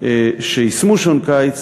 שיישמו שעון קיץ.